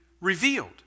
revealed